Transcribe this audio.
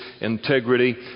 integrity